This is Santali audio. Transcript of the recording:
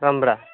ᱨᱟᱢᱲᱟ